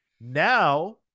Now